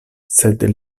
sed